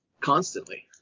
Constantly